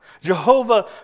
Jehovah